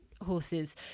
horses